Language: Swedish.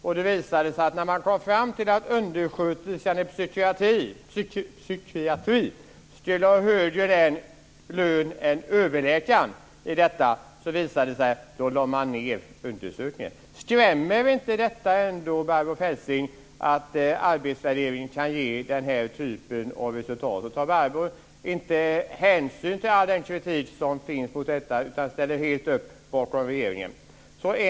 När man i denna kartläggning kom fram till att en undersköterska i psykiatri skulle ha högre lön än överläkaren lade man ned undersökningen. Skrämmer det ändå inte Barbro Feltzing att arbetsvärdering kan ge den här typen av resultat? Tar Barbro Feltzing inte hänsyn till all den kritik som finns mot detta, utan ställer helt upp bakom regeringen?